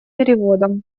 переводом